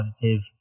positive